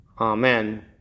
Amen